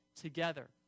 together